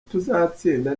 tuzatsinda